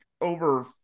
over